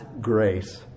grace